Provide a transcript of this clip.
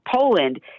Poland